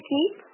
Keep